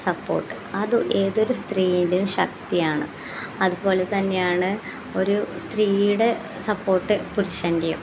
support അത് ഏതൊരു സ്ത്രീയുടേം ശക്തിയാണ് അതുപോലെ തന്നെയാണ് ഒരു സ്ത്രീയുടെ സപ്പോർട്ട് പുരുഷൻ്റെയും